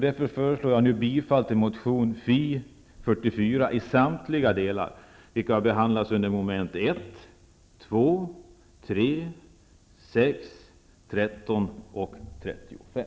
Därför föreslår jag bifall till motion